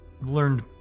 learned